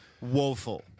Woeful